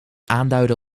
aanduiden